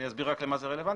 אני אסביר רק למה זה רלוונטי.